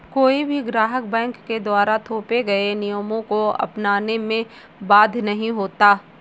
कोई भी ग्राहक बैंक के द्वारा थोपे गये नियमों को अपनाने में बाध्य नहीं होता